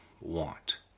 want